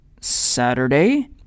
Saturday